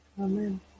Amen